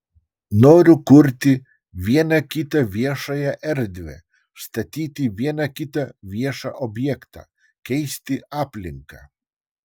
noriu kurti vieną kitą viešąją erdvę statyti vieną kitą viešą objektą keisti aplinką